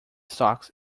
stocks